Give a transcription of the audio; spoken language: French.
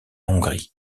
hongrie